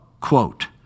quote